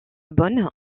bonne